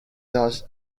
does